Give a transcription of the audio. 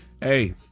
Hey